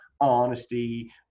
honesty